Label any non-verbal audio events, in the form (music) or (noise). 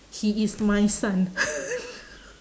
he is my son (laughs)